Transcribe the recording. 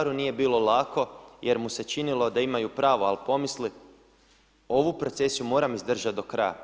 Caru nije bilo lako jer mu se činilo da imaju pravo, al pomisli ovu procesiju moram izdržat do kraja.